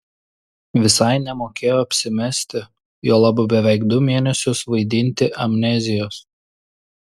visai nemokėjo apsimesti juolab beveik du mėnesius vaidinti amnezijos